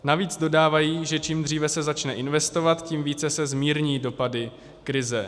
Navíc dodávají, že čím dříve se začne investovat, tím více se zmírní dopady krize.